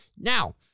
Now